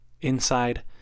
Inside